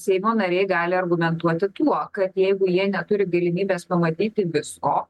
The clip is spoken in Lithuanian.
seimo nariai gali argumentuoti tuo kad jeigu jie neturi galimybės pamatyti visko